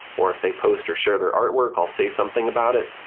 or if they post or share their artwork i'll say something about it.